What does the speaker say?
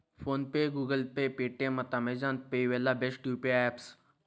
phone pay, Google pay, Paytm ಮತ್ತ Amazon pay ಇವೆಲ್ಲ best UPI apps